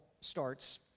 starts